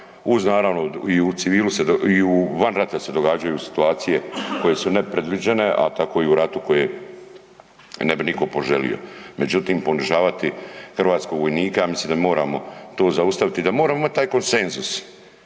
uz naravno i van rata se događaju situacije koje su nepredviđene, a tako i u ratu koje ne bi nitko poželio. Međutim, ponižavati hrvatskog vojnika mislim da moramo to zaustaviti i da moramo imati taj konsenzus.